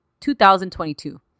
2022